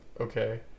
okay